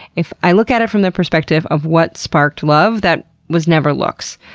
if i look at it from the perspective of what sparked love, that was never looks.